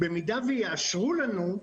במידה ויאשרו לנו,